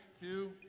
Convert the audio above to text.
two